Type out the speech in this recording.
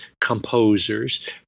composers